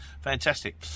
Fantastic